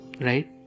right